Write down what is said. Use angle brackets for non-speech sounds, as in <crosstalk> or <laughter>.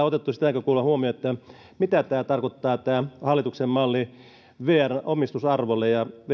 <unintelligible> otettu sitä näkökulmaa huomioon mitä tämä hallituksen malli tarkoittaa vrn omistusarvolle ja